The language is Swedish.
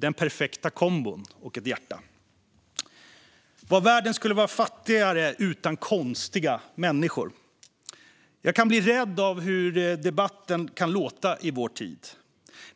Den perfekta kombon." och ett hjärta. Vad världen skulle vara fattigare utan "konstiga" människor! Jag kan bli rädd av hur debatten kan låta i vår tid.